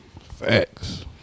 facts